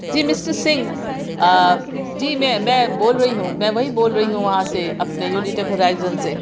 جی mister Singh آ جی میں میں بول رہی ہوں میں وہی بول رہی ہوں وہاں سے اپنے یونی ٹیک ہورائزن سے